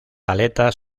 aletas